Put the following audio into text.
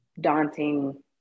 daunting